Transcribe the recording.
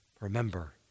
Remember